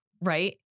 Right